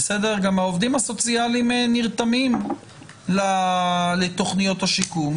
גם העובדים הסוציאליים נרתמים לתוכניות השיקום,